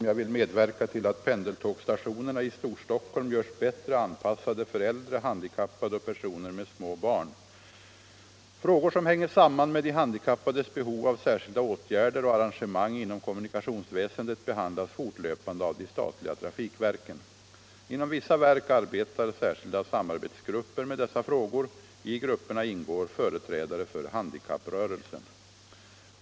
Herr talman! Herr Romanus har frågat mig om jag vill medverka till att pendeltågsstationerna i Storstockholm görs bättre anpassade för äldre, handikappade och personer med små barn. Frågor som hänger samman med de handikappades behov av särskilda åtgärder och arrangemang inom kommunikationsväsendet behandlas fortlöpande av de statliga trafikverken. Inom vissa verk arbetar särskilda samarbetsgrupper med dessa frågor. I grupperna ingår företrädare för handikapprörelsen.